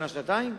עוד שנה-שנתיים,